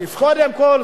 קודם כול,